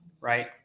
right